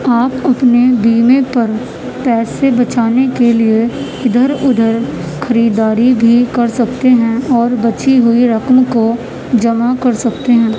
آپ اپنے بیمے پر پیسے بچانے کے لیے ادھر ادھر خریداری بھی کر سکتے ہیں اور بچی ہوئی رقم کو جمع کر سکتے ہیں